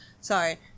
Sorry